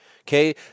okay